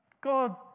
God